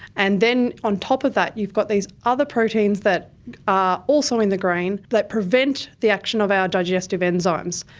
and then on top of that you've got these other proteins that are also in the grain that prevent the action of our digestive enzymes.